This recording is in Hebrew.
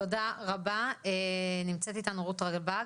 תודה רבה, נמצאת איתנו רות רלבג.